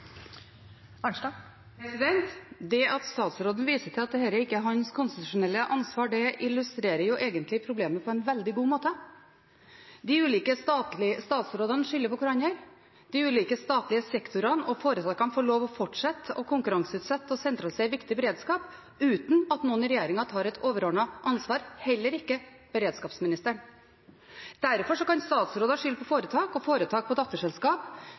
Det at statsråden viser til at dette ikke er hans konstitusjonelle ansvar, illustrerer egentlig problemet på en veldig god måte. Statsrådene skylder på hverandre, og de ulike statlige sektorene og foretakene får lov til å fortsette med å konkurranseutsette og sentralisere viktig beredskap uten at noen i regjeringen, heller ikke beredskapsministeren, tar et overordnet ansvar. Derfor kan statsråder skylde på foretak og foretak på datterselskap,